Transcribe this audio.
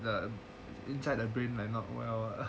the inside the brain like not well